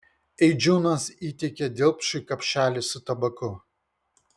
eidžiūnas įteikė dilpšui kapšelį su tabaku